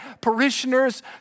parishioners